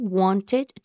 wanted